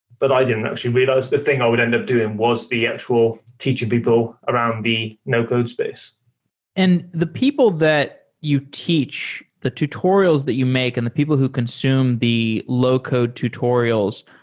but i didn't actually realize the thing i would end up doing was the actual teaching people around the no-code space and the people that you teach, the tutorials that you make and the people who consume the low-code tutorials,